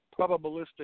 probabilistic